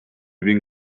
bin